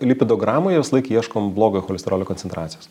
lipidogramoje visąlaik ieškom blogojo cholesterolio koncentracijos